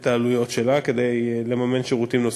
העלויות שלה כדי לממן שירותים נוספים.